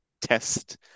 test